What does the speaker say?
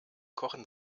kochen